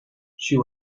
she